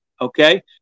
Okay